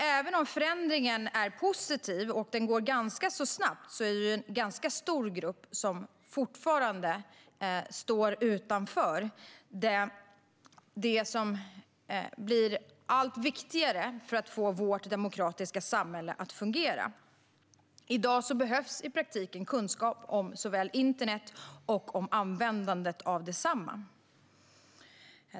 Även om förändringen är positiv och går ganska snabbt är det en ganska stor grupp som fortfarande står utanför det som blir allt viktigare för att få vårt demokratiska samhälle att fungera. I dag behövs i praktiken kunskap om såväl internet som användandet av detsamma.